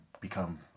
become